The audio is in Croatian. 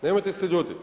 Nemojte se ljutiti.